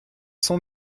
sont